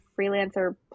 freelancer